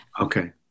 Okay